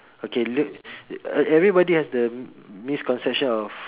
okay Leo everybody has the misconception of